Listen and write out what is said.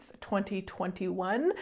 2021